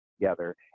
together